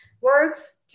works